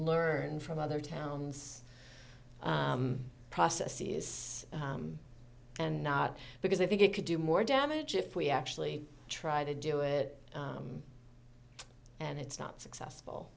learn from other towns process's and not because i think it could do more damage if we actually try to do it and it's not successful